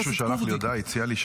מישהו שלח לי הודעה והציע לי,